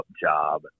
job